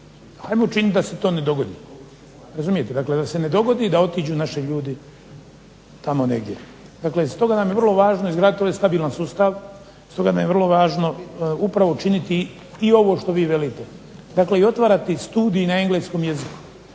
ajmo učiniti da se to ne dogodi. Razumijete? Dakle, da se ne dogodi da otiđu naši ljudi tamo negdje. Dakle, stoga nam je vrlo važno izgraditi ovdje stabilan sustav, stoga nam je vrlo važno upravo učiniti i ovo što vi velite. Dakle, i otvarati studij na engleskom jeziku.